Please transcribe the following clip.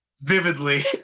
vividly